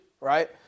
right